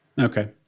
Okay